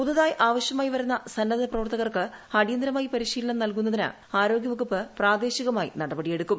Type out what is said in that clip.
പുതുതായി ആവശ്യമായി വരുന്ന സന്നദ്ധപ്രവർത്തകർക്ക് അടിയന്തിരമായി പരിശീലനം നൽകുന്നതിന് ആരോഗ്യവകുപ്പ് പ്രദേശികമായി നടപടിയെടുക്കും